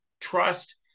trust